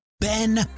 Ben